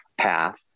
path